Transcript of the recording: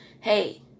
hey